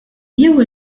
jew